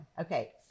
Okay